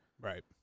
Right